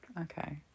Okay